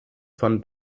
von